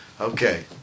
Okay